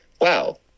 wow